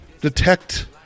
detect